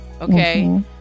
okay